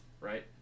right